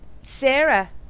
Sarah